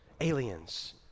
aliens